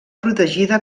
protegida